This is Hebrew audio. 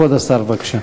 כבוד השר, בבקשה.